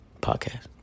Podcast